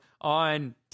on